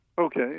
okay